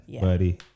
buddy